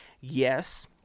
yes